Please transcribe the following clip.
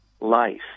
life